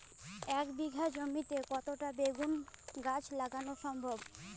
এক বিঘা জমিতে কয়টা বেগুন গাছ লাগানো সম্ভব?